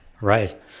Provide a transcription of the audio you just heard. Right